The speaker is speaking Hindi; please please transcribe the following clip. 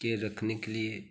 के रखने के लिए